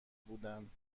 بودند